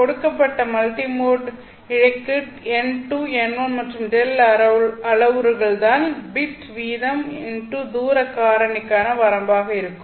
கொடுக்கப்பட்ட மல்டிமோட் இழைக்கு n2 n1 மற்றும் Δ அளவுறுகள் தான் இது பிட் வீதம் தூர காரணிக்கான வரம்பாக இருக்கும்